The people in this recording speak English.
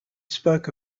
spoke